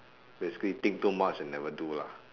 basically think too much and never do lah